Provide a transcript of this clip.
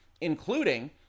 including